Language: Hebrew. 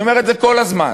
אני אומר את זה כל הזמן.